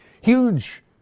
Huge